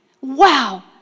Wow